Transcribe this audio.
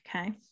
Okay